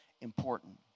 important